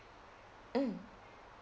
mm